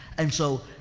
and so,